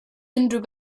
unrhyw